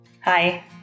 Hi